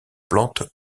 plante